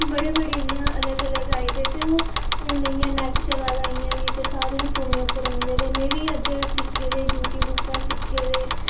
बड़े बड़े इं'या ते अलग अलग आई दे ओह् ते हून इं'या बी नेट चला दा ते सारें दे फोनै पर में बी अद्धे सिक्खे दे यूट्यूब परा सिक्खे दे